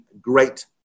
great